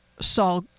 saw